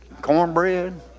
cornbread